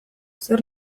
zer